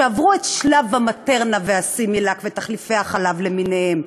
שעברו את שלב ה"מטרנה" וה"סימילאק" ותחליפי החלב למיניהם,